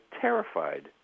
terrified